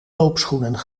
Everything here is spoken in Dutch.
loopschoenen